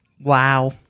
Wow